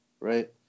right